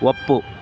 ಒಪ್ಪು